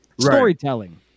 Storytelling